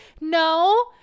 no